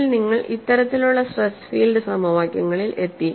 ഒടുവിൽ നിങ്ങൾ ഇത്തരത്തിലുള്ള സ്ട്രെസ് ഫീൽഡ് സമവാക്യങ്ങളിൽ എത്തി